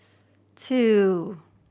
two